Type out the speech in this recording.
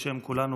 בשם כולנו,